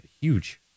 huge